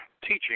teaching